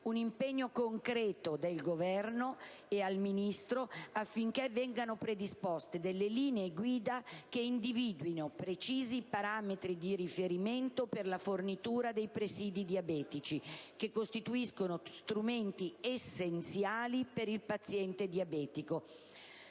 un impegno concreto affinché vengano predisposte linee guida che individuino precisi parametri di riferimento per la fornitura dei presidi per diabetici, che costituiscono strumenti essenziali per il paziente diabetico